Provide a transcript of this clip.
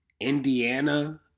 Indiana